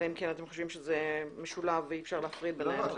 אלא אם כן אתם חושבים שזה משולב ואי אפשר להפריד ביניהם.